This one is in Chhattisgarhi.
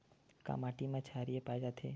का माटी मा क्षारीय पाए जाथे?